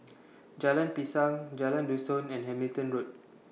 Jalan Pisang Jalan Dusun and Hamilton Road